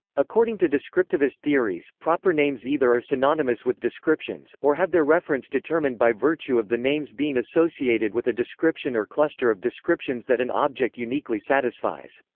according to descriptivist theories, proper names either are synonymous with descriptions, or have their reference determined by virtue of the name's being associated with a description or cluster of descriptions that an object uniquely satisfies.